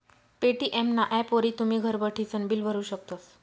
Paytm ना ॲपवरी तुमी घर बठीसन बिल भरू शकतस